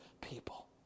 people